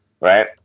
right